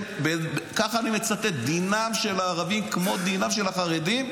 ככה אני מצטט: דינם של הערבים כמו דינם של החרדים,